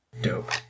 dope